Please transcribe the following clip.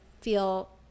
feel